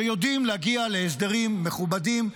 שיודעים להגיע להסדרים מכובדים,